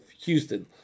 Houston